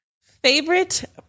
Favorite